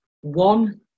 One